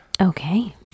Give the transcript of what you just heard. Okay